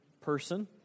person